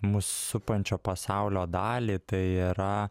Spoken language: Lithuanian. mus supančio pasaulio dalį tai yra